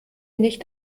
nicht